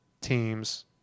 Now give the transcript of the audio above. Teams